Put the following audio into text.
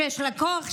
שיש לה כוח,